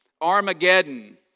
Armageddon